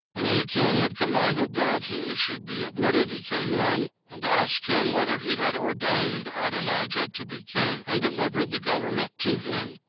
and when the king had commanded that he should be admitted, he came in, and asked him whether he had ordained adonijah to be king, and delivered the government to him,